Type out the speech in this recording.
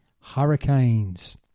Hurricanes